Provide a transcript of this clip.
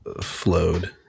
flowed